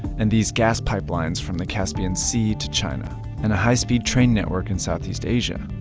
and these gas pipelines from the caspian sea to china and a high-speed train network in south east asia.